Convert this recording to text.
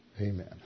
Amen